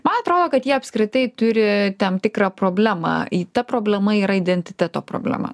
man atrodo kad jie apskritai turi tam tikrą problemą i ta problema yra identiteto problema